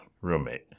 roommate